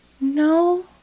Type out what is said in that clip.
No